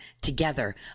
together